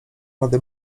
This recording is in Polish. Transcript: rady